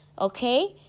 okay